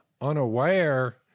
unaware